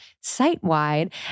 site-wide